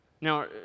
Now